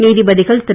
நீதிபதிகள் திரு